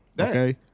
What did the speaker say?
Okay